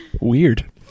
Weird